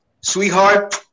Sweetheart